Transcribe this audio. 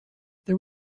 there